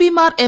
P മാർ M